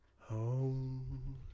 Home